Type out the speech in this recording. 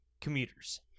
commuters